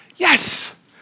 Yes